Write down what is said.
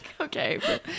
Okay